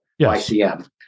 ycm